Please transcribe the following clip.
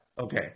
Okay